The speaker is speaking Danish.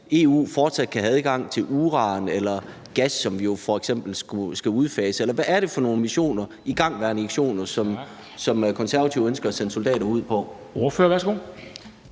EU fortsat kan have adgang til f.eks. uran eller gas, som vi jo skal udfase? Eller hvad er det for nogle igangværende missioner, som De Konservative ønsker at sende soldater ud på? Kl.